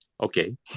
Okay